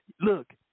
look